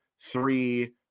three